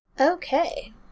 Okay